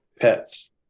pets